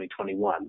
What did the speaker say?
2021